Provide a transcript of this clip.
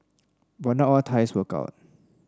but not all ties work out